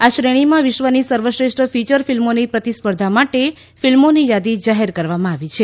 આ શ્રેણીમાં વિશ્વની સર્વશ્રેષ્ઠ ફિચર ફિલ્મોની પ્રતિસ્પર્ધા માટે ફિલ્મોની યાદી જાહેર કરવામાં આવી છે